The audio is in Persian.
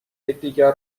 یکدیگر